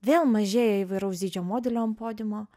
vėl mažėja įvairaus dydžio modelių ant podiumo